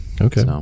Okay